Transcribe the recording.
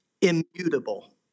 immutable